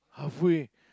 halfway